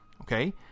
okay